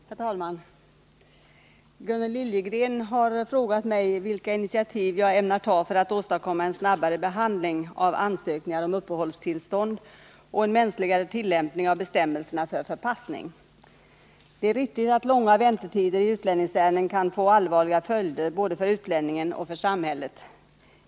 Herr talman! Gunnel Liljegren har frågat mig vilka initiativ jag ämnar ta för att åstadkomma en snabbare behandling av ansökningar om uppehållstillstånd och en mänskligare tillämpning av bestämmelserna för förpassning. Det är riktigt att långa väntetider i utlänningsärenden kan få allvarliga följder både för utlänningen och för samhället.